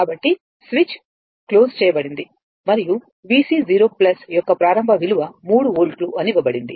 కాబట్టి స్విచ్ మూసివేయబడింది మరియు VC0 యొక్క ప్రారంభ విలువ మూడు వోల్ట్ అని ఇవ్వబడింది